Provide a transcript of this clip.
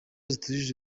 zitujuje